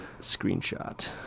screenshot